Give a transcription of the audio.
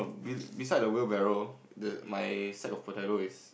be beside the wheelbarrow the my sacks of potato is